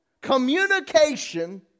communication